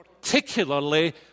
particularly